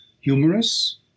humorous